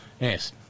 Yes